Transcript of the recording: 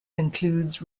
includes